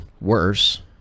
worse